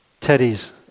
Teddy's